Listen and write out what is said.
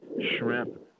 Shrimp